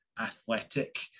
athletic